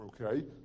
Okay